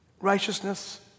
Righteousness